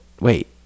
wait